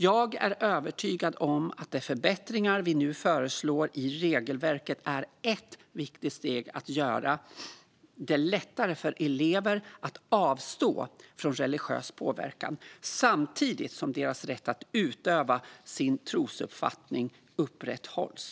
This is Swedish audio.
Jag är övertygad om att de förbättringar vi nu föreslår i regelverket är ett viktigt steg för att göra det lättare för elever att avstå från religiös påverkan samtidigt som deras rätt att utöva sin trosuppfattning upprätthålls.